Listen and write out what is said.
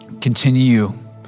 continue